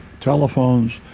telephones